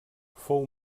fou